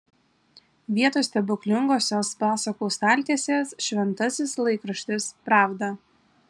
vietoj stebuklingosios pasakų staltiesės šventasis laikraštis pravda